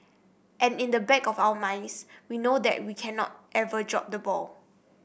and in the back of our minds we know that we cannot ever drop the ball